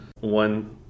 One